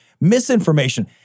misinformation